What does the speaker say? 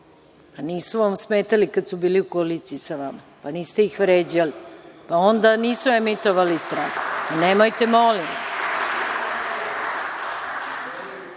Nisu vam smetali kada su bili u koaliciji sa vama, niste ih vređali? Onda nisu emitovali strah, nemojte, molim